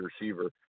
receiver